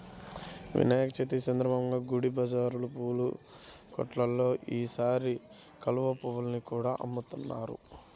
వినాయక చవితి సందర్భంగా గుడి బజారు పూల కొట్టుల్లో ఈసారి కలువ పువ్వుల్ని కూడా అమ్ముతున్నారు